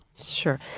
Sure